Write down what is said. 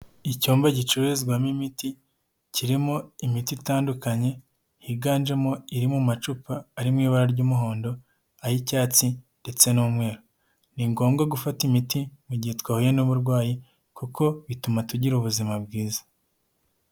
Icyumba gicururizwamo imiti kirimo imiti itandukanye yiganjemo iri mu macupa ari mu ibara ry'umuhondo, ay'icyatsi, ndetse n'umweru. Ni ngombwa gufata imiti mu gihe twahuye n'uburwayi kuko bituma tugira ubuzima bwiza.